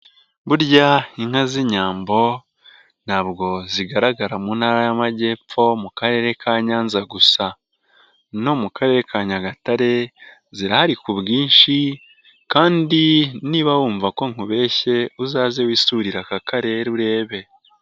Burya inka z'Inyambo ntabwo zigaragara mu Ntara y'Amajyepfo mu Karere ka Nyanza gusa no mu Karere ka Nyagatare zihari ku bwinshi kandi niba wumva ko nkubeshye uzaze wisurire aka karere urebe.